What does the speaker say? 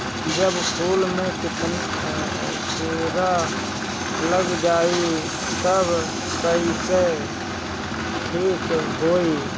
जब फूल मे किरा लग जाई त कइसे ठिक होई?